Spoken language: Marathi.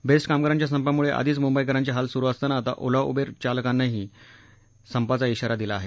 बेस्ट कामगारांच्या संपामुळे आधीच मुंबईकरांचे हाल सुरू असताना आता ओला उबेर चालकांनीही संपाचा इशारा दिला आहे